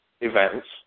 events